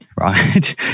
right